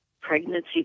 pregnancy